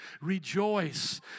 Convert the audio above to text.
Rejoice